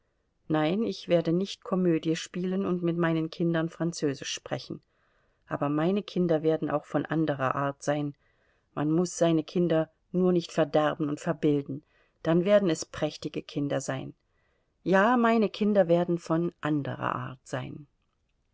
nein ich werde nicht komödie spielen und mit meinen kindern französisch sprechen aber meine kinder werden auch von anderer art sein man muß seine kinder nur nicht verderben und verbilden dann werden es prächtige kinder sein ja meine kinder werden von anderer art sein